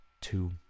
two